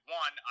one